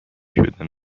شدن